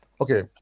Okay